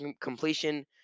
completion